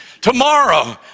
Tomorrow